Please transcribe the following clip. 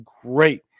great